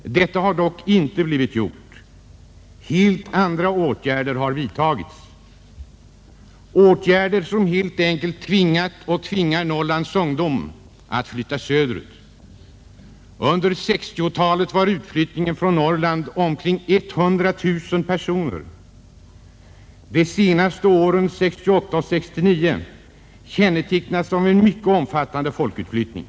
Detta har dock inte skett. Helt andra åtgärder har vidtagits, åtgärder som tvingat och tvingar Norrlands ungdom att flytta söderut. Under 1960-talet var utflyttningen från Norrland omkring 100 000 personer. Åren 1968-1969 kännetecknades också av en mycket omfattande folkutflyttning.